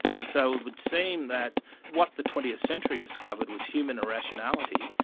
so it would seem that what the twentieth century discovered was human irrationality,